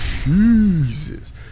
Jesus